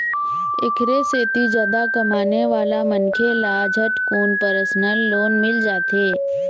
एखरे सेती जादा कमाने वाला मनखे ल झटकुन परसनल लोन मिल जाथे